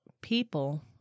people